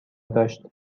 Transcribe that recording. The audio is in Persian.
داشت